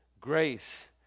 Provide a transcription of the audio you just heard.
Grace